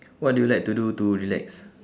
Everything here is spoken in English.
what do you like to do to relax